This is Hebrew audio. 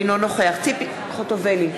אינו נוכח ציפי חוטובלי,